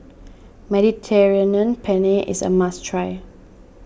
Mediterranean Penne is a must try